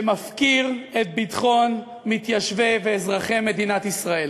שמפקיר את ביטחון מתיישבי ואזרחי מדינת ישראל.